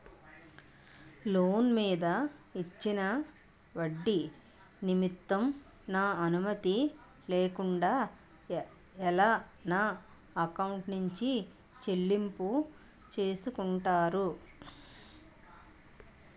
Loan మీద ఇచ్చిన ఒడ్డి నిమిత్తం నా అనుమతి లేకుండా ఎలా నా ఎకౌంట్ నుంచి చెల్లింపు చేసుకుంటారు?